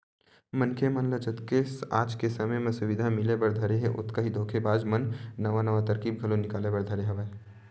मनखे मन ल जतके आज के समे म सुबिधा मिले बर धरे हे ओतका ही धोखेबाज मन नवा नवा तरकीब घलो निकाले बर धरे हवय